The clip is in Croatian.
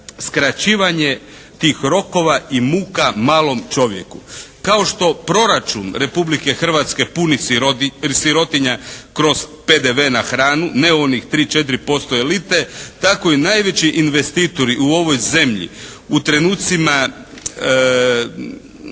skraćivanje tih rokova i muka malom čovjeku kao što proračun Republike Hrvatske puni sirotinja kroz PDV na hranu, ne onih 3, 4% elite tako i najveći investitori u ovoj zemlji u trenucima